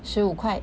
十五块